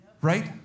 Right